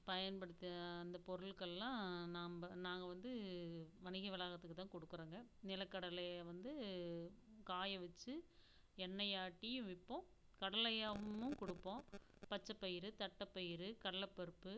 பயன்படுத்திய அந்த பொருள்கள்லாம் நாம் நாங்கள் வந்து வணிகர் வளாகத்துக்கு தான் கொடுக்குறோங்க நிலக்கடலையை வந்து காய வைச்சு எண்ணெய் ஆட்டியும் விற்போம் கடலையாவும் கொடுப்போம் பச்சைப்பயிறு தட்டப்பயிறு கடலப்பருப்பு